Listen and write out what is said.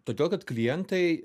todėl kad klientai